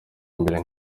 imbere